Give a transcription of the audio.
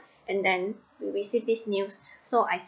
and then we receive this news so I